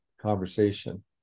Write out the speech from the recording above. conversation